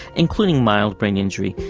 including mild brain injury,